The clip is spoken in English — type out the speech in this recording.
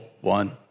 one